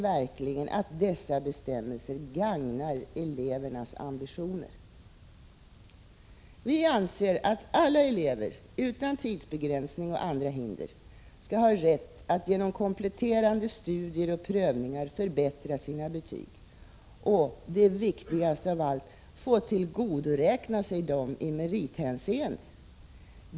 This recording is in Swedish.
Vi anser att alla elever utan tidsbegränsning och andra hinder skall ha rätt att genom kompletterande studier och prövningar förbättra sina betyg och — det viktigaste av allt — få tillgodoräkna sig dessa i merithänseende.